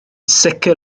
sicr